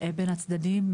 בין הצדדים,